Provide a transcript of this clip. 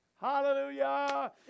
Hallelujah